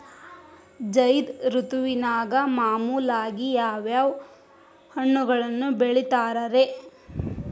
ಝೈದ್ ಋತುವಿನಾಗ ಮಾಮೂಲಾಗಿ ಯಾವ್ಯಾವ ಹಣ್ಣುಗಳನ್ನ ಬೆಳಿತಾರ ರೇ?